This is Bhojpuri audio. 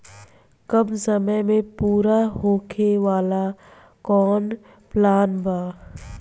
कम समय में पूरा होखे वाला कवन प्लान बा?